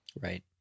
Right